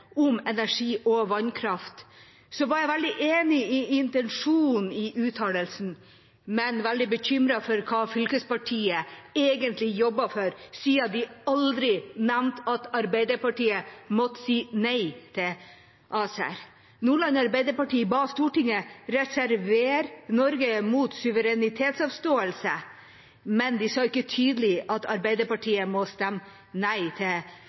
om energi og vannkraft var jeg veldig enig i intensjonen i uttalelsen, men veldig bekymret for hva fylkespartiet egentlig jobber for, siden de aldri nevnte at Arbeiderpartiet måtte si nei til ACER. Nordland Arbeiderparti ba Stortinget reservere Norge mot suverenitetsavståelse, men de sa ikke tydelig at Arbeiderpartiet måtte stemme nei til